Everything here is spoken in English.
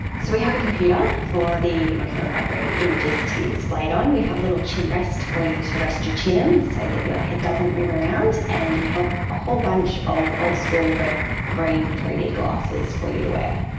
so we have a computer for the binocular rivalry images to be displayed on. we have a little chin rest for you to rest your chin on and so that your head doesn't move around, and we have a whole bunch of old school red green three d glasses for you to wear.